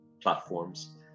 platforms